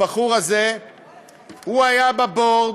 הבחור הזה הוא היה בבורד,